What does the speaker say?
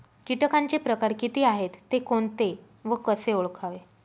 किटकांचे प्रकार किती आहेत, ते कोणते व कसे ओळखावे?